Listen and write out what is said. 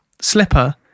slipper